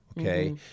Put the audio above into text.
Okay